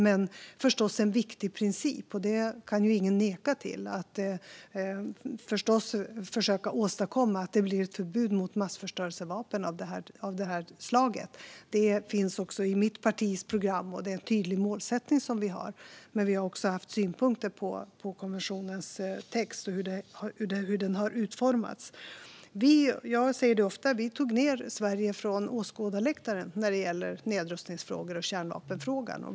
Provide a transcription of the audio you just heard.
Men det är förstås en viktig princip - det kan ju ingen neka till - att försöka åstadkomma ett förbud mot massförstörelsevapen av det här slaget. Det finns också i mitt partis program, och det är en tydlig målsättning som vi har. Men vi har också haft synpunkter på konventionens text och hur den har utformats. Jag säger det ofta: Vi tog ned Sverige från åskådarläktaren när det gäller nedrustningsfrågor och kärnvapenfrågan.